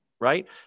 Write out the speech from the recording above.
right